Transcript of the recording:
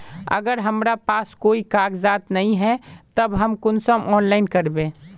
अगर हमरा पास कोई कागजात नय है तब हम कुंसम ऑनलाइन करबे?